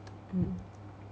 mm